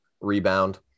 rebound